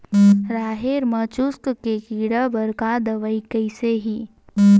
राहेर म चुस्क के कीड़ा बर का दवाई कइसे ही?